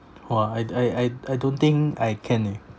!wah! I I I I don't think I can eh